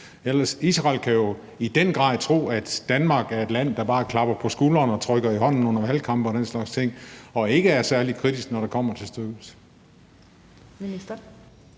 Israel kan jo i den grad ellers tro, at Danmark er et land, der bare klapper på skuldrene og trykker i hånden under valgkampe og den slags ting, og som ikke er særlig kritisk, når det kommer til stykket.